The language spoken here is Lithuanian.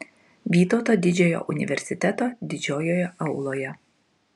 vytauto didžiojo universiteto didžiojoje auloje